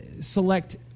select